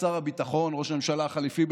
ושר הביטחון ראש הממשלה החליפי,